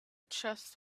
just